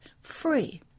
free